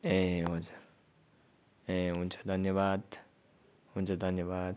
ए हुन्छ ए हुन्छ धन्यवाद हुन्छ धन्यवाद